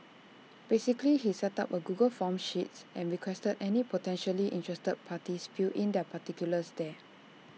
basically he set up A Google forms sheets and requested any potentially interested parties fill in their particulars there